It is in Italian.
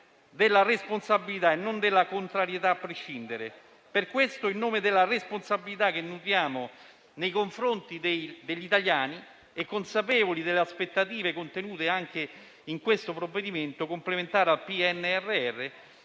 della responsabilità e non della contrarietà a prescindere. Per questo, in nome della responsabilità che nutriamo nei confronti degli italiani e consapevoli delle aspettative contenute anche in questo provvedimento complementare al PNRR,